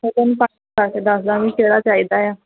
ਫਿਰ ਤੁਹਾਨੂੰ ਦੱਸਦਾਂਂਗੀ ਕਿਹੜਾ ਚਾਹੀਦਾ ਆ